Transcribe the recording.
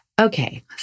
Okay